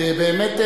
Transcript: באמת,